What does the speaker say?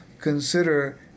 consider